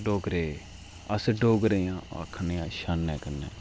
डोगरे अस डोगरें आं आखनेआं शानै कन्नै